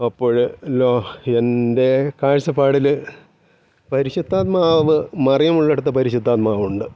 അപ്പോള് എൻ്റെ കാഴ്ചപ്പാടില് പരിശുദ്ധാത്മാവ് മറിയമുള്ളിടത്ത് പരിശുദ്ധാത്മാവുണ്ട്